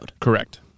Correct